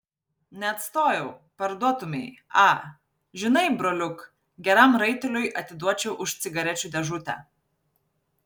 neatstojau parduotumei a žinai broliuk geram raiteliui atiduočiau už cigarečių dėžutę